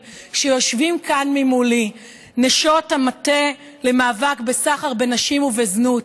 שיושבים כאן ממולי: נשות המטה למאבק בסחר בנשים ובזנות,